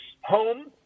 home